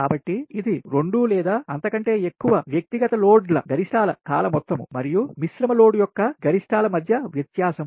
కాబట్టి ఇది 2 లేదా అంతకంటే ఎక్కువ వ్యక్తి గత లోడ్ల గరిష్ష్టాల కాల మొత్తం మరియు మిశ్రమ లోడ్ యొక్క గరిష్ష్టాల మధ్య వ్యత్యాసం